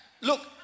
look